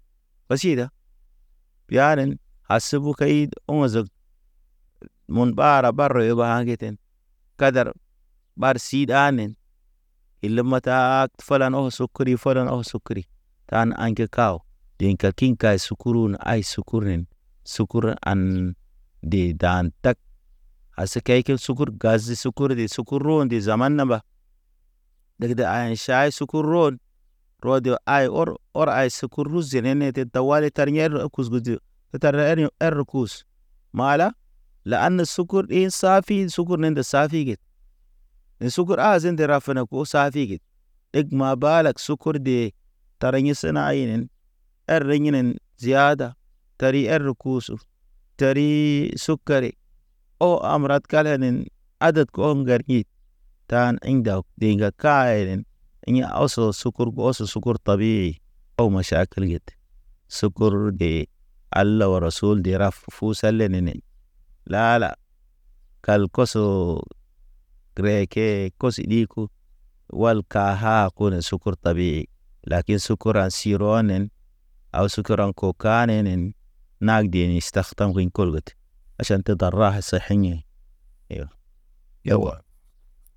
Pasi da yuhanen a sebi kayid ɔzeg mun ɓara bara yo ɓangeten, kadar ɓar si ɗanen. Ile mataha hag falan aw sukuri, falan aw sukuri kan ankekaw. Dinka kiŋka sukuru ne ay sukuru nen, sukuru an de dan tag, ase kayke sukur gaze sukur de sukur. Kuuro nde zaman namba, dedeg aŋe ʃaŋe sukur ron. Rod ay ɔr, ɔr ay suku, kuru zenene te tawali tar ŋere kuz ge ze. E tar ɲe ere er kus, mala la ane sukur ɗin safi fi sukur ne nde safi get. Ne sukur a zende rafene ko safige, ɗeg ma balag sukur de. Tarɲi sena hiyen, er yenin ziada teri er kusu. Terii suk kari, o amrad kalenen aded ko ŋgar id. Tan indaw de ka eyen, in ye aw so sukur ɓɔ se sukur tabii. Aw ma ʃakil yet sukur de, ala wara sul de raf fu sale nenen. Laala kal koso, gəra e kee koso ɗi ku, wal ka ha kone sukur tabii. Laki sukura sirɔnen, aw sukuraŋ ko kanenen. Nag deg niʃtag taŋ kol gote, aʃtan te dara se aŋe ye yewa.